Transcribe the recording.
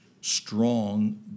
strong